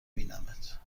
بینمت